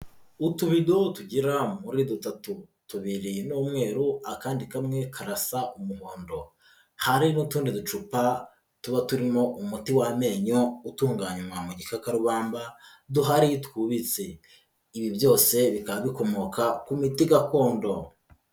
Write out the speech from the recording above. Utubido tugera muri dutatu, tubiri ni umweru akandi kamwe karasa umuhondo, hari n'utundi ducupa tuba turimo umuti w'amenyo utunganywa mu gikakarubamba duhari twubitse, ibi byose bikaba bikomoka ku miti gakondo.